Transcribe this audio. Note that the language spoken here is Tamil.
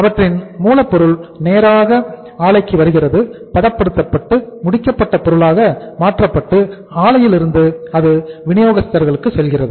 அவற்றின் மூலப்பொருள் நேராக ஆலைக்கு வருகிறது பதப்படுத்தப்பட்டு முடிக்கப்பட்ட பொருளாக மாற்றப்பட்டு ஆலையிலிருந்து அது விநியோகஸ்தர்களுக்கு செல்கிறது